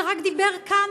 שרק דיבר כאן,